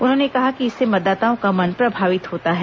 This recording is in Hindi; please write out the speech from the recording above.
उन्होंने कहा कि इससे मतदाताओं का मन प्रभावित होता है